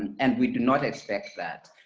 and and we do not expect that.